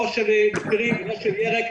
לא של פרי ולא של ירק,